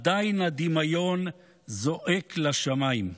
עדיין הדמיון זועק לשמיים.